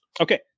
Okay